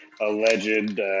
alleged